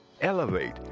elevate